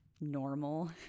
normal